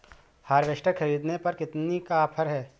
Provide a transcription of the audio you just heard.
Harvester ख़रीदने पर कितनी का ऑफर है?